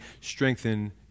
strengthen